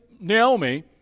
Naomi